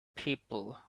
people